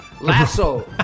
lasso